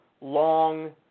long